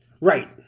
Right